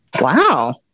Wow